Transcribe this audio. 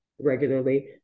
regularly